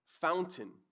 fountain